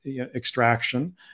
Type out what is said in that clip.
extraction